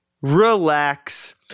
relax